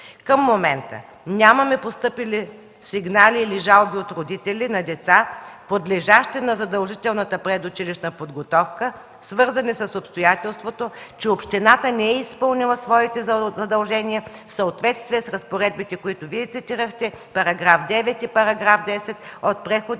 Към момента нямаме постъпили сигнали или жалби от родители на деца, подлежащи на задължителната предучилищна подготовка, свързани с обстоятелството, че общината не е изпълнила задълженията си в съответствие с разпоредбите, които Вие цитирахте – параграфи 9 и 10 от Преходните